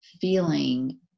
feeling